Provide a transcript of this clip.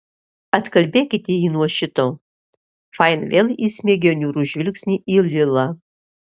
atkalbėkite jį nuo šito fain vėl įsmeigė niūrų žvilgsnį į lilą